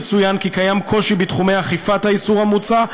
יצוין כי קיים קושי בתחומי אכיפת האיסור המוצע,